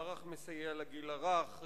מערך מסייע לגיל הרך,